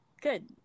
good